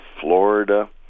Florida